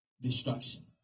destruction